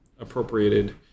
Appropriated